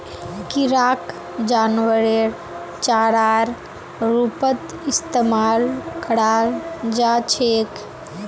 किराक जानवरेर चारार रूपत इस्तमाल कराल जा छेक